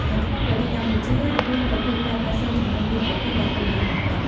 នៅក្នុងប្រទេសកម្ពុជាមានប្រភេទផ្លែផាសសិន ចំនួន ពីរប្រភេទ ដែលពេញនិយមបំផុត។